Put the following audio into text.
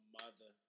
mother